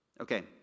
Okay